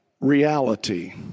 reality